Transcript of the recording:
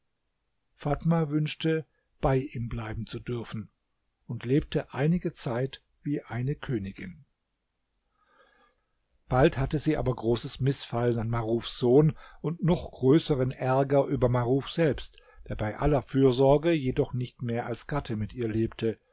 fatma wünschte bei ihm bleiben zu dürfen und lebte einige zeit wie eine königin bald hatte sie aber großes mißfallen an marufs sohn und noch größeren ärger über maruf selbst der bei aller fürsorge jedoch nicht mehr als gatte mit ihr lebte